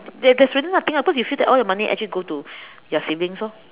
there there's really nothing ah but you feel all your money actually go to your savings orh